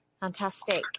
fantastic